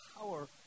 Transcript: power